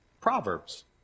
Proverbs